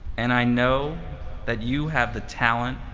and i know that you have the talent,